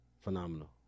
Phenomenal